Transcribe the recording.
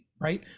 right